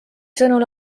sõnul